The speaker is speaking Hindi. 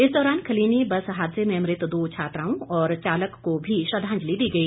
इस दौरान खलीनी बस हादसे में मृत दो छात्राओं और चालक को भी श्रद्धांजलि दी गई